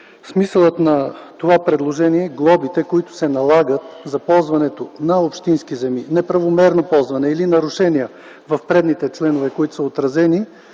Смисълът на това предложение е глобите, които се налагат за ползването на общински земи – неправомерно ползване или нарушение, отразени в предните членове, да постъпват